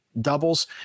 doubles